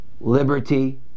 liberty